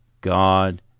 God